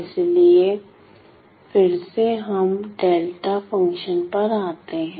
इसलिए फिर से हम डेल्टा फंक्शंस पर आते हैं